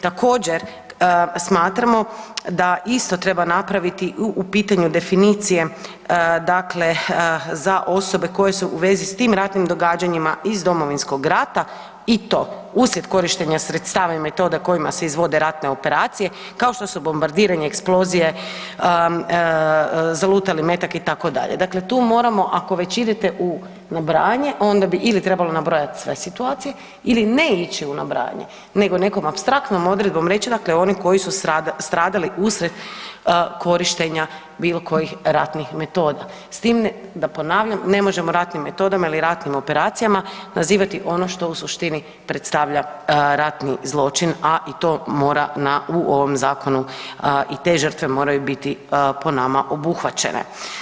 Također smatramo da isto treba napraviti i u pitanju definicije dakle za osobe koje su u vezi s tim ratnim događanjima iz Domovinskog rata i to uslijed korištenja sredstava i metode kojima se izvode ratne operacije kao što su bombardiranje, eksplozije, zalutali metak itd., dakle tu moramo ako već idete u nabrajanje onda bi ili trebalo nabrojat sve situacije ili ne ići u nabrajanje nego nekom apstraktnom odredbom reći dakle oni koji su stradali usred korištenja bilo kojih ratnih metoda, s tim da ponavljam ne možemo ratnim metodama ili ratnim operacijama nazivati ono što u suštini predstavlja ratni zločin, a i to mora na, u ovom zakonu i te žrtve moraju biti po nama obuhvaćene.